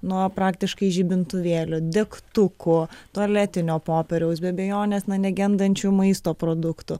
nuo praktiškai žibintuvėlių degtukų tualetinio popieriaus be abejonės na negendančių maisto produktų